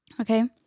Okay